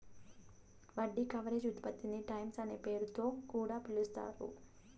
వడ్డీ కవరేజ్ ఉత్పత్తిని టైమ్స్ అనే పేరుతొ కూడా పిలుస్తారు